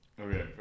Okay